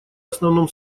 основном